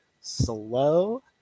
slow